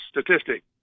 statistic